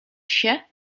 się